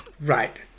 Right